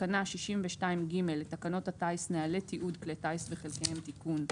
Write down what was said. תקנה 62(ג) לתקנות הטיס (נוהלי תיעוד כלי טיס וחלקיהם) (תיקון),